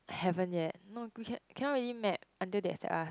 haven't yet no we can we cannot really map until they accept up